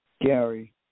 Gary